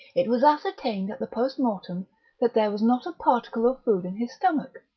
it was ascertained at the post-mortem that there was not a particle of food in his stomach,